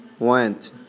Went